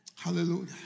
Hallelujah